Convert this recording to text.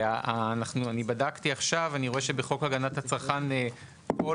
אני בדקתי עכשיו ואני רואה שבחוק הגנת הצרכן כל